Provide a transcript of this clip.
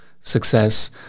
success